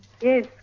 Yes